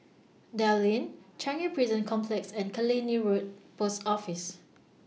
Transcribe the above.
Dell Lane Changi Prison Complex and Killiney Road Post Office